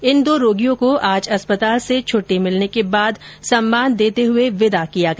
इन दो रोगियों को आज अस्पताल से छुट्टी मिलने के बाद सम्मान देते हुए विदा किया गया